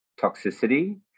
toxicity